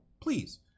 Please